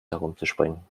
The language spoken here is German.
herumzuspringen